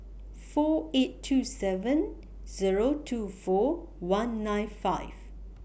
four eight two seven Zero two four one nine five